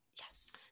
Yes